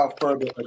further